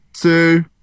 Two